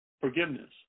Forgiveness